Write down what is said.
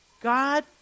God